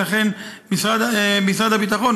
ולכן משרד הביטחון,